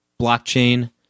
blockchain